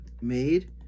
made